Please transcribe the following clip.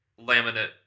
laminate